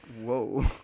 whoa